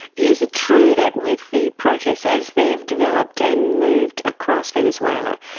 is it true that with the protests as they have developed and moved across venezuela,